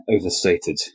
overstated